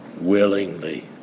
Willingly